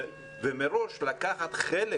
ומראש לקחת חלק